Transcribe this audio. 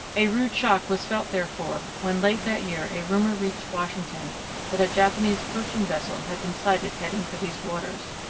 a rude shock was felt, therefore, when late that year a rumour reached washington that a japanese poaching vessel had been sighted heading for these waters.